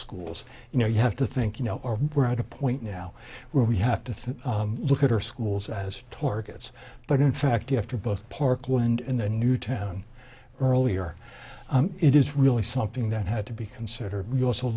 schools you know you have to think you know we're at a point now where we have to think look at our schools as targets but in fact after both parkland in the new town earlier it is really something that had to be considered you also